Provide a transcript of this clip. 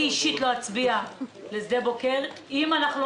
אני לא אצביע לשדה בוקר אם אנחנו לא